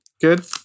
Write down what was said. Good